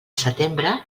setembre